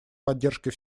поддержкой